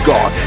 God